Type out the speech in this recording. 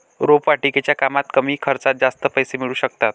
रोपवाटिकेच्या कामात कमी खर्चात जास्त पैसे मिळू शकतात